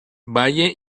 valle